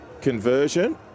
conversion